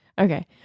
okay